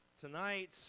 tonight